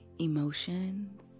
emotions